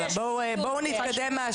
יאללה, בואו נתקדם.